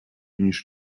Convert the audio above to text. niż